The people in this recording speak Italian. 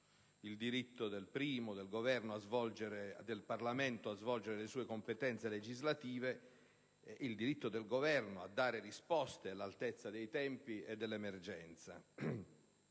il diritto del Parlamento a svolgere le sue competenze legislative e il diritto del Governo a dare risposte all'altezza dei tempi e dell'emergenza.